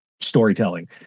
storytelling